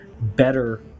better